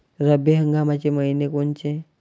रब्बी हंगामाचे मइने कोनचे?